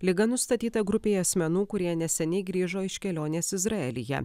liga nustatyta grupei asmenų kurie neseniai grįžo iš kelionės izraelyje